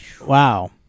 Wow